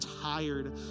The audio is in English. tired